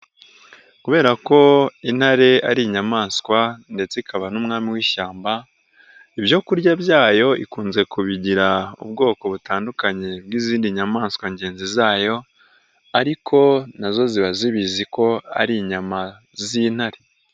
Kubera ko intare ari inyamaswa ndetse ikaba n'umwami w'ishyamba, ibyo kurya byayo ikunze kubigira ubwoko butandukanye bw'izindi nyamaswa ngenzi zayo, ariko na zo ziba zibizi ko ari inyama z'intare.